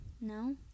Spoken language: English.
No